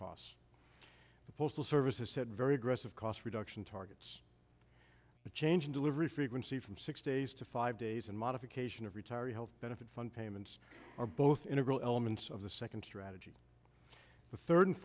costs the postal service has had very aggressive cost reduction targets the change in delivery frequency from six days to five days and modification of retiree health benefits on payments are both integral elements of the second strategy the third and